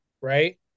right